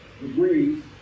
degrees